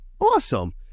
Awesome